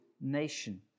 nation